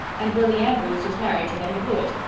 and billy andrews was married to nettie blewett!